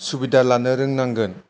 सुबिदा लानो रोंनांगोन